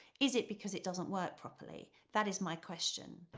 is it because it doesn't work properly? that is my question.